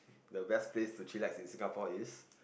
the best place to chillax in Singapore is